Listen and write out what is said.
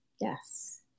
Yes